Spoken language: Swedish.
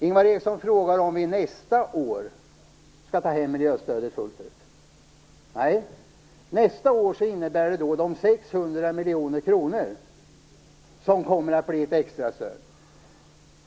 Ingvar Eriksson frågar om vi nästa år skall ta hem miljöstödet fullt ut. Det skall vi inte. Nästa år blir det de 600 miljoner kronorna som blir ett extrastöd.